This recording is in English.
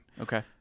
Okay